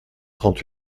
trente